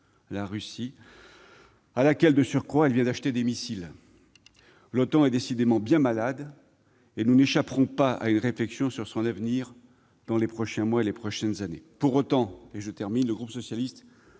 la Russie, à laquelle, de surcroît, elle vient d'acheter des missiles. L'OTAN est décidément bien malade, et nous n'échapperons pas à une réflexion sur son avenir dans les prochains mois et les prochaines années. Pour autant, le groupe socialiste